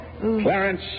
Clarence